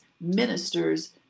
ministers